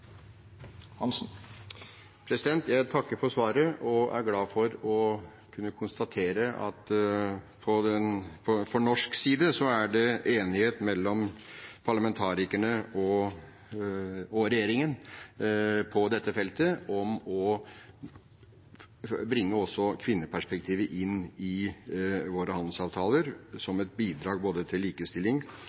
Jeg takker for svaret og er glad for å kunne konstatere at det på norsk side er enighet mellom parlamentarikerne og regjeringen på dette feltet, om å bringe også kvinneperspektivet inn i våre handelsavtaler, som et bidrag ikke bare til likestilling,